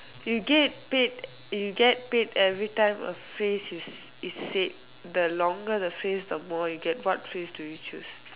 you get paid you get paid everytime a phrase is is said the longer the phrase the more you get what phrase do you choose